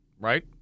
Right